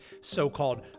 so-called